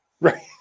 Right